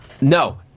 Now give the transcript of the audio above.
No